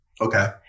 Okay